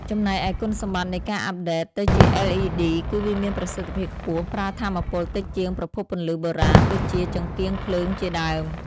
ចំណែកឯគុណសម្បត្តិនៃការអាប់ដេតទៅជា LEDគឺវាមានប្រសិទ្ធភាពខ្ពស់ប្រើថាមពលតិចជាងប្រភពពន្លឺបុរាណ ដូចជា ចង្កៀងភ្លើងជាដើម។